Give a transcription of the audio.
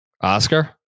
Oscar